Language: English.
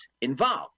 involved